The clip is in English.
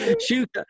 Shoot